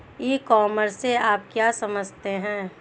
ई commerce से आप क्या समझते हैं?